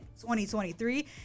2023